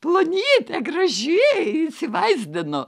plonytė graži įsivaizdinu